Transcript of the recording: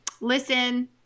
Listen